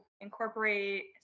incorporate